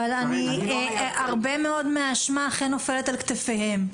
הרבה מאוד מן האשמה אכן נופלת על כתפיהם.